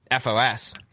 FOS